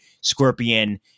Scorpion